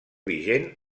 vigent